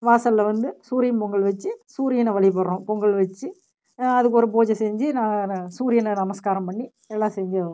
வாசலில் வந்து சூரியன் பொங்கல் வெச்சு சூரியனை வழிபடுகிறோம் பொங்கல் வெச்சு அதுக்கு ஒரு பூஜை செஞ்சு ந ந சூரியனை நமஸ்காரம் பண்ணி எல்லாம் செய்யோ